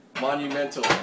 monumental